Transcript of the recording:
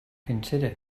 consider